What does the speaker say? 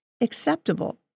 acceptable